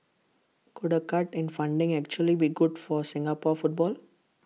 could A cut in funding actually be good for Singapore football